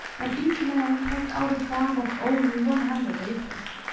and each man pegged out a farm of only one hundred acres.